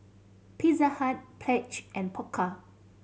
Pizza Hut Pledge and Pokka